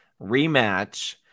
rematch